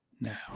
now